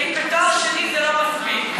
כי תואר שני זה לא מספיק.